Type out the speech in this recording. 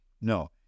no